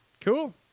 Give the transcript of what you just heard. cool